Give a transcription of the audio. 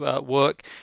work